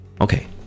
Okay